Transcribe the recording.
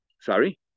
sorry